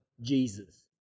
Jesus